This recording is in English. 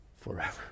forever